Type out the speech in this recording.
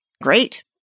Great